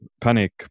panic